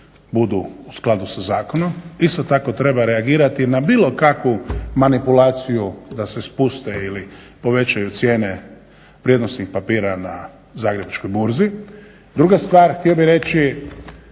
budu u skladu sa zakonom. Isto tako treba reagirati na bilo kakvu manipulaciju, da se spuste ili povećaju cijene vrijednosnih papira na Zagrebačkoj burzi. Druga stvar, htio bih reći